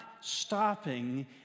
stopping